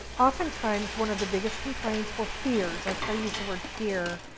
oftentimes one of the biggest complaints or fears, i use the word fear,